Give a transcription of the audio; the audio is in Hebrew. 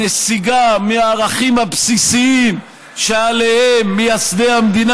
הנסיגה מהערכים הבסיסיים שעליהם מייסדי המדינה